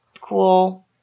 cool